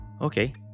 okay